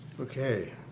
Okay